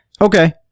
Okay